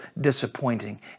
disappointing